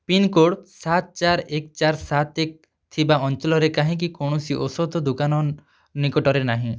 pincode ସାତ ଚାରି ଏକ ଚାରି ସାତ ଏକ ଥିବା ଅଞ୍ଚଳରେ କାହିଁକି କୌଣସି ଔଷଧ ଦୋକାନ ନିକଟରେ ନାହିଁ